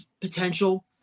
potential